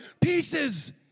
pieces